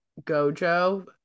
gojo